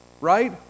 right